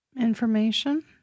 information